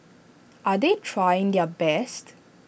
are they trying their best